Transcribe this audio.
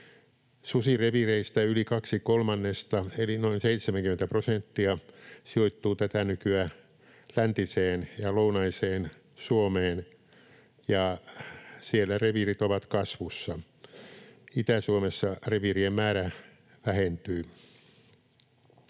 Susireviireistä yli kaksi kolmannesta eli noin 70 prosenttia sijoittuu tätä nykyä läntiseen ja lounaiseen Suomeen, ja siellä reviirit ovat kasvussa. Itä-Suomessa reviirien määrä vähentyy.